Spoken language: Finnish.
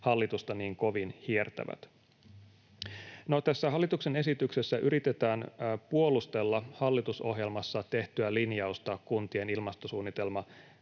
hallitusta niin kovin hiertävät. No tässä hallituksen esityksessä yritetään puolustella hallitusohjelmassa tehtyä linjausta kuntien ilmastosuunnitelmavelvoitteen